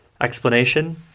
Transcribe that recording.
Explanation